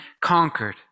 conquered